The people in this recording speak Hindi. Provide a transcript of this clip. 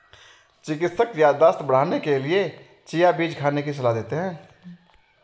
चिकित्सक याददाश्त बढ़ाने के लिए चिया बीज खाने की सलाह देते हैं